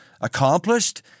accomplished